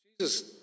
Jesus